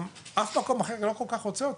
בנוסף, אף מקום אחר לא כל כך רוצה אותנו.